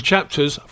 chapters